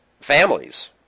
families